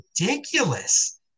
ridiculous